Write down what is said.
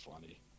funny